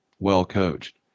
Well-coached